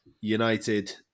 United